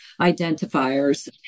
identifiers